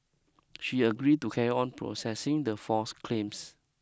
she agreed to carry on processing the false claims